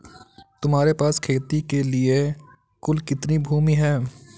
तुम्हारे पास खेती के लिए कुल कितनी भूमि है?